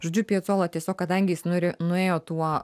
žodžiu piacola tiesiog kadangi jis nuri nuėjo tuo